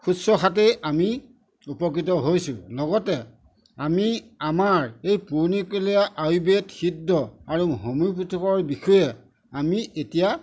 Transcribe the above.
শুশ্ৰূষাতেই আমি উপকৃত হৈছোঁ লগতে আমি আমাৰ এই পুৰণিকলীয়া আয়ুৰ্বেদ সিদ্ধ আৰু হোমিঅ'পেথিকৰ বিষয়ে আমি এতিয়া